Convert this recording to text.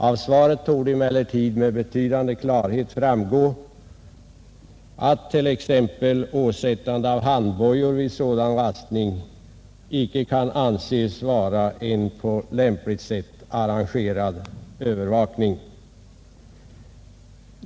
Av svaret torde emellertid med betydande klarhet framgå att t.ex. åsättande av handbojor vid sådan rastning icke kan anses vara en på lämpligt sätt arrangerad övervakning.